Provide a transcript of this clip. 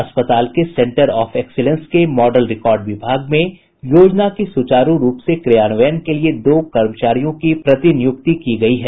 अस्पताल के centre of excellence के मॉडल रिकॉर्ड विभाग में योजना के सुचारू रूप से क्रियान्वयन के लिये दो कर्मचारियों की प्रतिनियुक्ति की गयी है